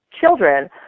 children